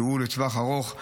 שהיא לטווח ארוך,